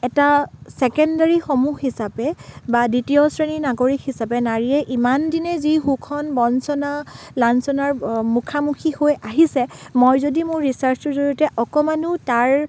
এটা চেকেণ্ডাৰী সমূহ হিচাপে বা দ্ৱিতীয় শ্ৰেণীৰ নাগৰিক হিচাপে নাৰীয়ে ইমান দিনে যি শোষন বঞ্চনা লাঞ্চনাৰ মুখামুখি হৈ আহিছে মই যদি মোৰ ৰিচাৰ্ছটোৰ জৰিয়তে অকণমানো তাৰ